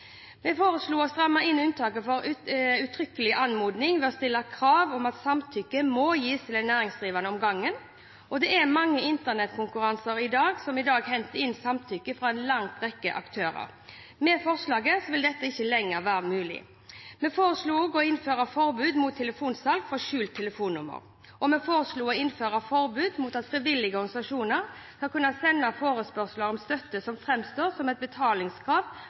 Vi foreslo å stramme inn unntaket for uttrykkelig anmodning, ved å stille krav om at samtykke må gis til én næringsdrivende om gangen. Det er mange internett-konkurranser som i dag henter inn samtykke fra en lang rekke aktører. Med forslaget vil dette ikke lenger være mulig. Vi foreslo også å innføre forbud mot telefonsalg fra skjult telefonnummer, og vi foreslo å innføre forbud mot at frivillige organisasjoner kunne sende forespørsel om støtte som framstår som et betalingskrav,